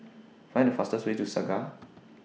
Find The fastest Way to Segar